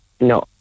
No